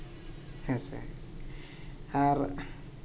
ᱦᱮᱸ ᱥᱮ ᱟᱨ